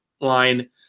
line